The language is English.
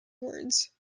words